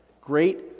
great